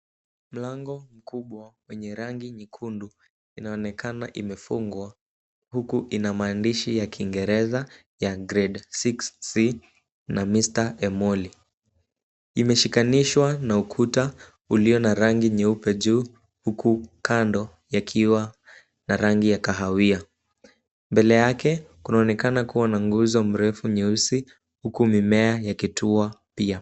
Mlango mkubwa wenye rangi nyekundu inaonekana imefungwa huku ina maandishi ya kiingereza ya grade six c na Mr Emoli. Imeshikanishwa na ukuta ulio na rangi nyeupe juu huku kando yakiwa na rangi ya kahawia. Mbele yake kunaonekana kuwa na nguzo mrefu nyeusi huku mimea yakitua pia.